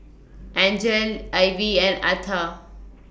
Angele Ivie and Atha